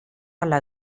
alla